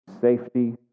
safety